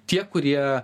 tie kurie